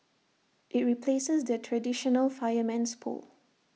IT replaces the traditional fireman's pole